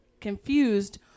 confused